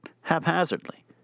haphazardly